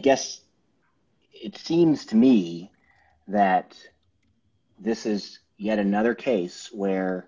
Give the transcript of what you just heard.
guess it seems to me that this is yet another case where